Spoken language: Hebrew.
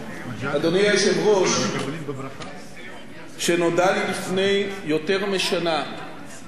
כשנודע לי לפני יותר משנה על סיפור הדיבידנדים הכלואים,